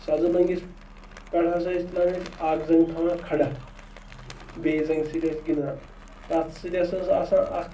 سَزٕ لٔنٛگِس پٮ۪ٹھ ہَسا ٲسۍ تُلان ٲسۍ اَکھ زنٛگ تھاوان کھَڑا بیٚیہِ زنٛگہِ سۭتۍ ٲسۍ گِنٛدان تَتھ سۭتۍ ہَسا ٲس آسان اَکھ